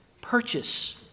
Purchase